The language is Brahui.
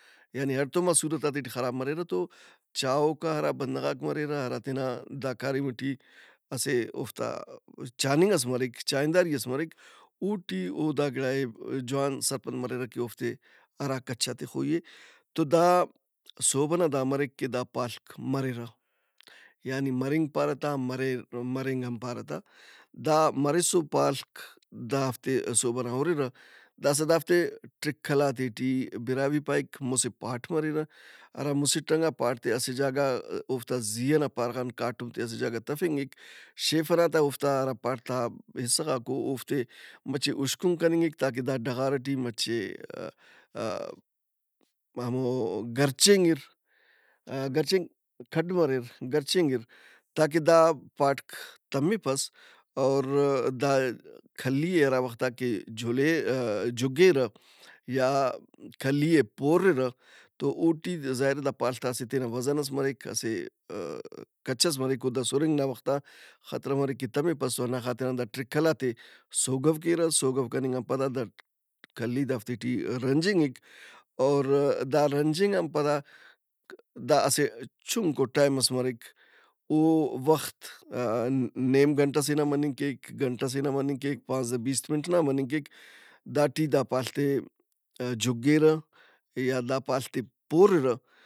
یعنی اڑتوما صورتاتے ٹی خراب مریرہ توچاہوکا ہرا بندغاک مریرہ۔ ہرا تینا دا کاریم ئٹی اسہ اوفتا چاننگ ئس مریک چائنداری ئس مریک۔ اوٹی او داگِڑا ئے جوانی اٹ سرپند مریرہ کہ اوفتے ہرا کچ آ تِخوئی اے۔ تو دا صحب ئنا دا مریک کہ داپاڷک مریرہ۔ یعنی مرنگ پارہ تا مریر مرنگ ہم پارہ تا۔ دا مرسُر پاڷک دافتے صحب ئنا ہُرِرہ۔ داسا دافتے ٹرکلاتے ٹی براہوئی پائک مُسہ پاٹ مریرہ۔ ہرا مُسٹنگاپاٹت ئے اسہ جاگہ اوفتا زی ئنا پارہ غان کاٹمت ئے اسہ جاگہ تفِنگِک۔ شیف ہراتا اوفتا ہرا پاٹت آ حصہ غاک او اوفتے مچہ اُشکن کننگک تاکہ دا ڈغار ئٹی مچہ آ-ا- ہموگرچینگِر گرچینگ کھڈ مریر گرچینگِر تاکہ دا پاٹک تمپس اور دا کھلی ئے ہراوخت آ کہ جُلے آ- جُگّیرہ یا کھلی ئے پورِرہ۔ تو اوٹی دا ظاہراے دا پاڷت آ اسہ تینا وزن ئس مریک، اسہ کچ ئس مریک او دا سُرِنگ نا وخت آ خطرہ مریک کہ تمِّپس او ہنّا خاطران دا ٹرکلات ئے سوگو کیرہ۔ سوگو کننگ ان پد ہرا کھلی دافتے ٹی رنجنگِک اور دا رنجِنگ ان پدا دا اسہ چُھنکو ٹیم ئس مریک او وخت نیم گھنٹہ سے نَم مننگ کیک، گھنٹہ سے نم مننگ کیک، پانزدہ بِیست منٹ نام مننگ کیک۔ داٹی دا پاڷت ئے جُگّیرہ یا دا پالت ئے پورِرہ۔